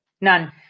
None